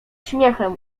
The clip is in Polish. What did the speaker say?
śmiechem